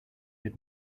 had